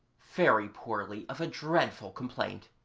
very poorly of a dreadful complaint,